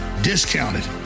discounted